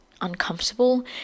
uncomfortable